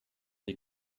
die